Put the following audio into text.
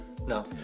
No